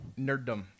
nerddom